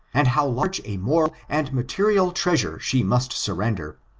and how large a moral and material treasure she must surrender,